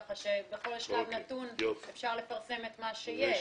ככה שבכל שלב נתון אפשר לפרסם את מה שיש.